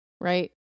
right